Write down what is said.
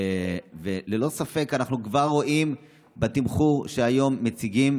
וללא ספק אנחנו כבר רואים בתמחור שהיום מציגים,